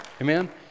Amen